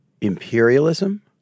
imperialism